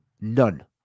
None